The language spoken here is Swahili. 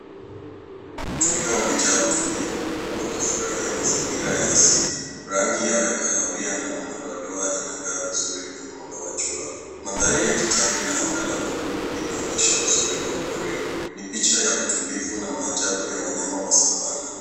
Twiga wamejaa utulivu uku wakifurahia mazingira ya asili. Rangi yao ya kahawia na madoadoa inang'aa vizuri kwenye mwanga wa jua. Mandhari ya kijani na anga la buluu linaonyesha uzuri wa pori. Ni picha ya utulivu na maajabu ya wanyama wa Savanna.